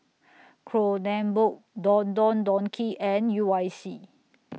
Kronenbourg Don Don Donki and U I C